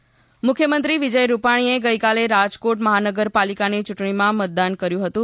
એમ મુખ્યમંત્રી વિજય રૂપાણીએ ગઈકાલે રાજોકોટ મહાનગરપાલિકાની યૂંટણીમાં મતદાન કર્યું હતું